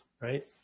right